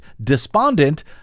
despondent